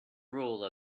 rule